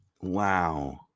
wow